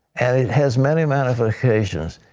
it has many manifestations.